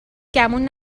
گمون